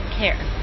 care